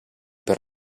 per